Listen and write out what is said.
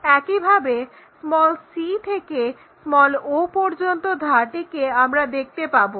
একইভাবে c থেকে o পর্যন্ত ধারটিকে আমরা দেখতে পাবো